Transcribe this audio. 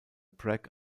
bragg